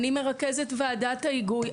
אני מרכזת ועדת ההיגוי.